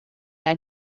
ein